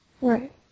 Right